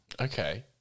Okay